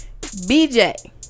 bj